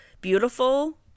beautiful